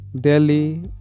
Delhi